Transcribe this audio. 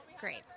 Great